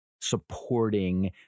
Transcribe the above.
supporting